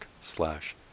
slash